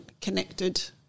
connected